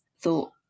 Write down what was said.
thought